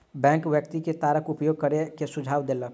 bank व्यक्ति के तारक उपयोग करै के सुझाव देलक